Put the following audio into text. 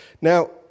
Now